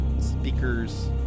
speakers